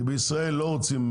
כי בישראל לא רוצים,